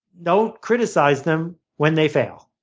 don't criticize them when they fail.